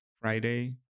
Friday